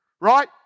right